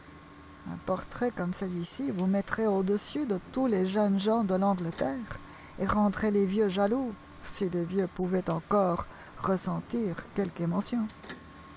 un portrait comme celui-ci vous mettrait au-dessus de tous les jeunes gens de l'angleterre et rendrait les vieux jaloux si les vieux pouvaient encore ressentir quelque émotion